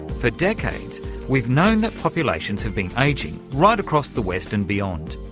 for decades we've known that populations have been ageing, right across the west and beyond.